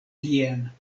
tien